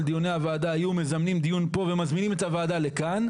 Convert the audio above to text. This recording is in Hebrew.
היו מזמינים דיון פה ומזמינים את הוועדה לכאן,